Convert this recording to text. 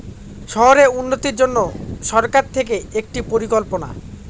শহরের উন্নতির জন্য সরকার থেকে একটি পরিকল্পনা